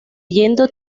yendo